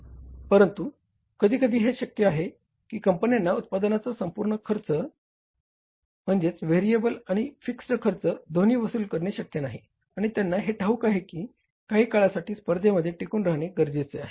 परंतु कधीकधी हे शक्य आहे की कंपन्यांना उत्पादनाचा संपूर्ण खर्च म्हणजेच व्हेरिएबल आणि फिक्स्ड खर्च दोन्ही वसूल करणे शक्य नाही आणि त्यांना हे ठाऊक आहे की काही काळासाठी स्पर्धेमध्ये टिकून राहणे गरजेचे आहे